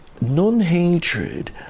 non-hatred